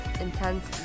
intense